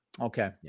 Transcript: Okay